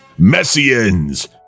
Messians